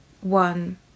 one